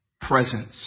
presence